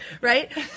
right